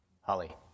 Holly